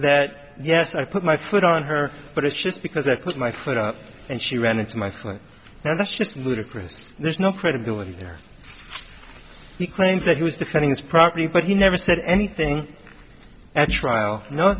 that yes i put my foot on her but it's just because i put my foot up and she ran into my friend that's just ludicrous there's no credibility there he claims that he was defending his property but he never said anything at trial no